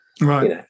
Right